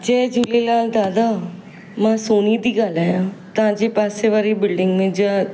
जय झूलेलाल दादा मां सोनी थी ॻाल्हायां तव्हांजे पासे वारी बिल्डिंग में ज